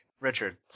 Richard